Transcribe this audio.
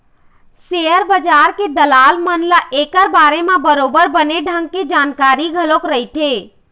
share बजार के दलाल मन ल ऐखर बारे म बरोबर बने ढंग के जानकारी घलोक रहिथे